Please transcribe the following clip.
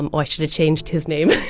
um i should've changed his name.